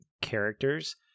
characters